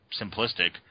simplistic